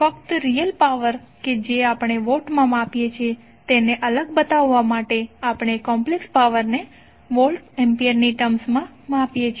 ફક્ત real power કે જે આપણે વોટમાં માપીએ છીએ તેને અલગ બતાવવા માટે આપણે કોમ્પ્લેક્સ પાવર ને વોલ્ટ એમ્પીયરની ટર્મ્સમા માપીએ છીએ